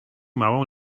małą